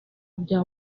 bya